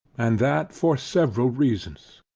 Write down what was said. and that for several reasons.